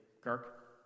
Kirk